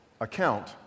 account